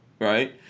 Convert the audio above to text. right